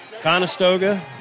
Conestoga